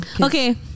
Okay